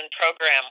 program